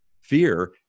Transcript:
fear